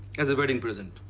as a wedding present.